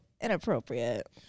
inappropriate